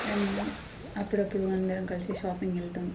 మేము అప్పుడప్పుడు అందరం కలిసి షాపింగెళ్తం